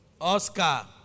Oscar